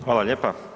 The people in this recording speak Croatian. Hvala lijepa.